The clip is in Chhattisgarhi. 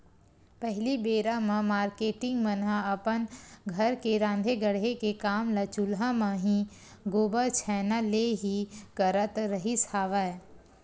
पहिली बेरा म मारकेटिंग मन ह अपन घर के राँधे गढ़े के काम ल चूल्हा म ही, गोबर छैना ले ही करत रिहिस हवय